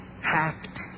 hacked